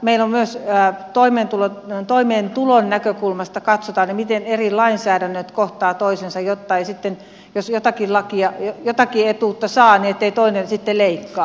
meillä myös toimeentulon näkökulmasta katsotaan miten eri lainsäädännöt kohtaavat toisensa jotta jos jotakin etuutta saa ettei toinen sitten leikkaa